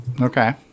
Okay